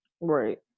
right